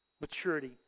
maturity